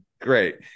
great